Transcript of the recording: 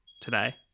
today